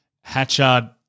Hatchard